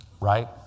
right